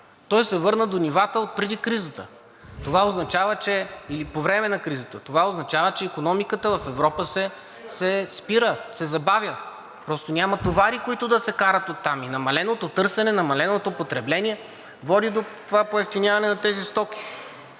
Той се върна до нивата отпреди кризата или по време на кризата. Това означава, че икономиката в Европа се спира, забавя се. Няма товари, които да се карат оттам, и намаленото търсене, намаленото потребление води до това поевтиняване на тези стоки.